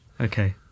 Okay